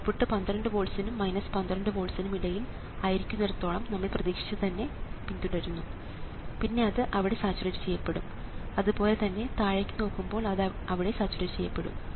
output 12 വോൾട്സ്നും 12 വോൾട്സ്നും ഇടയിൽ ആയിരിക്കുന്നിടത്തോളം നമ്മൾ പ്രതീക്ഷിച്ചത് തന്നെ പിന്തുടരും പിന്നെ അത് അവിടെ സാച്ചുറേറ്റ് ചെയ്യപ്പെടും അതുപോലെ തന്നെ താഴേക്ക് നോക്കുമ്പോഴും അത് അവിടെ സാച്ചുറേറ്റ് ചെയ്യപ്പെടും